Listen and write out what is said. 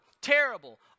Terrible